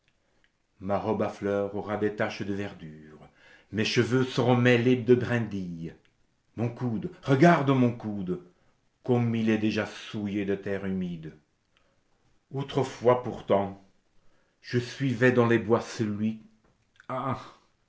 ma robe à fleurs aura des taches de verdure mes cheveux seront mêlés de brindilles mon coude regarde mon coude comme il est déjà souillé de terre humide autrefois pourtant je suivais dans les bois celui ah